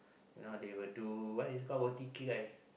you know they will do what is called roti kirai